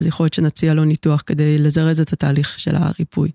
אז יכול להיות שנציע לו ניתוח כדי לזרז את התהליך של הריפוי.